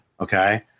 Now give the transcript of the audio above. Okay